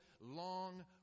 long